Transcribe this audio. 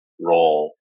role